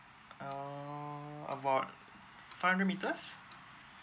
err about five hundred meters